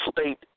state